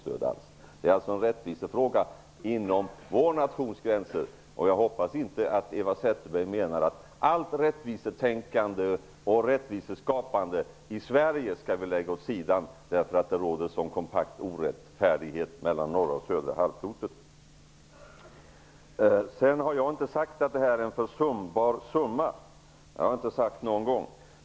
Det är alltså en rättvisefråga inom vår nations gränser, och jag hoppas att Eva Zetterberg inte menar att allt rättvisetänkande och rättviseskapande i Sverige skall läggas åt sidan därför att det råder sådan kompakt orättfärdighet mellan norra och södra halvklotet. Att det skulle röra sig om ett försumbart belopp har jag inte sagt någon gång.